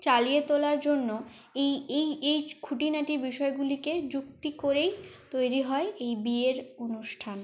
চালিয়ে তোলার জন্য এই এই এই খুঁটিনাটি বিষয়গুলিকে যুক্তি করেই তৈরি হয় এই বিয়ের অনুষ্ঠান